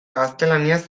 gaztelaniaz